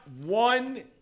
one